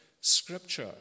Scripture